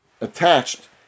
attached